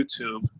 youtube